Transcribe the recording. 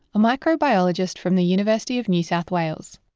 a microbiologist from the university of new south wales.